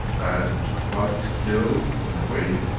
and, but still, in a way,